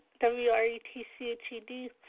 W-R-E-T-C-H-E-D